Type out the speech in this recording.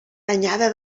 anyada